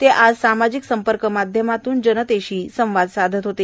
ते आज सामाजिक संपर्क माध्यमावरून जनतेशी संवाद साधत होते